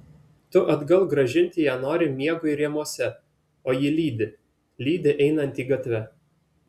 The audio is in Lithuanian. tu atgal grąžinti ją nori miegui rėmuose o ji lydi lydi einantį gatve